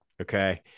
Okay